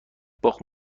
باخت